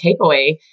takeaway